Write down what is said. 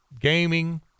gaming